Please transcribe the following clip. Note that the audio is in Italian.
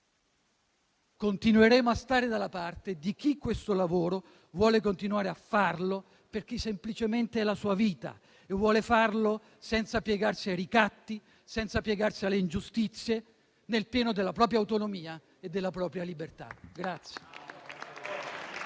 Continueremo a stare dalla parte di chi questo lavoro vuole continuare a farlo, perché - semplicemente - è la sua vita. E vuole farlo senza piegarsi ai ricatti, senza piegarsi alle ingiustizie, nel pieno della propria autonomia e della propria libertà.